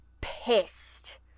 pissed